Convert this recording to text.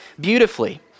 beautifully